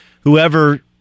whoever –